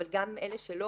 אבל גם אלה שלא,